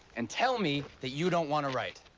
and tell me that you don't want to write.